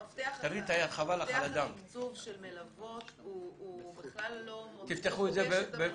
מפתח התקצוב של מלוות בכלל לא פוגש את המציאות.